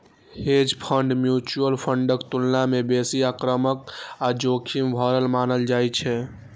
hedge fund mutual फंडक तुलना मे बेसी आक्रामक आ जोखिम भरल मानल जाइ छै